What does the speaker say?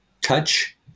touch